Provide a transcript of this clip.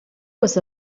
was